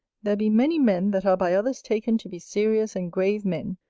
there be many men that are by others taken to be serious and grave men,